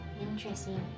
interesting